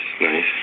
nice